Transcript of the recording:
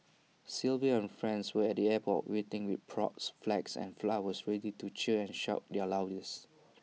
Sylvia and friends were at the airport waiting with props flags and flowers ready to cheer and shout their loudest